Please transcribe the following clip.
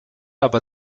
aber